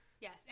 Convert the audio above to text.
yes